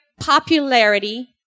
popularity